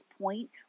point